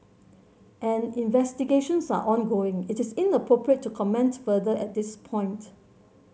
as investigations are ongoing it is inappropriate to comment further at this point